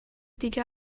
دیگه